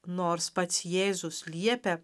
nors pats jėzus liepia